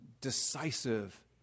decisive